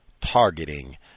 targeting